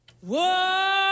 Whoa